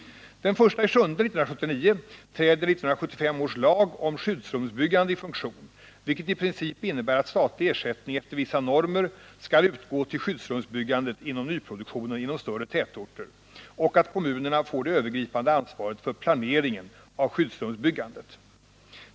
Den 1 juli 1979 träder 1975 års lag om skyddsrumsbyggande i funktion, vilket i princip innebär att statlig ersättning efter vissa normer skall utgå till skyddsrumsbyggandet inom nyproduktionen inom större tätorter och att kommunerna får det övergripande ansvaret för planeringen av skyddsrumsbyggandet.